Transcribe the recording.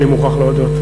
אני מוכרח להודות,